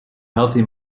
healthy